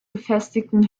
befestigten